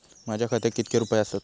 माझ्या खात्यात कितके रुपये आसत?